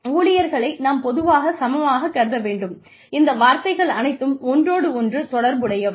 ஊழியர்களை நாம் பொதுவாகச் சமமாக கருத வேண்டும் இந்த வார்த்தைகள் அனைத்தும் ஒன்றோடொன்று தொடர்புடையவை